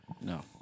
No